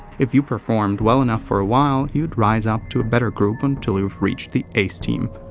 if you performed well enough for a while, you'd rise up to a better group until you've reached the ace team.